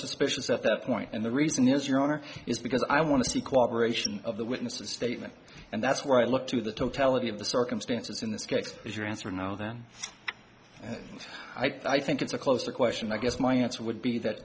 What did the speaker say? suspicious at that point and the reason is your honor is because i want to see cooperation of the witnesses statement and that's where i look to the totality of the circumstances in this case is your answer no then i think it's a closer question i guess my answer would be that